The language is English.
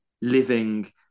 living